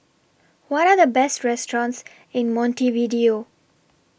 What Are The Best restaurants in Montevideo